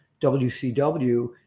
WCW